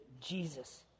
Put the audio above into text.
Jesus